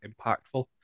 impactful